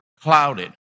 clouded